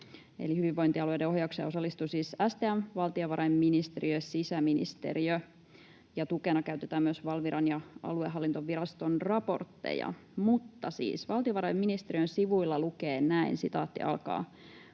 hyvinvointialueiden ohjaukseen osallistuu siis STM, valtiovarainministeriö, sisäministeriö, ja tukena käytetään myös Valviran ja aluehallintoviraston raportteja. Mutta siis valtiovarainministeriön sivuilla lukee näin: ”Muutoksen